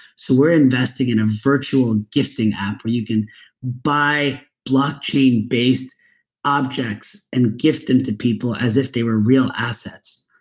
so we're investing in a virtual gifting app where you can buy blockchain-based objects and gift them to people as if they were real assets.